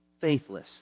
faithless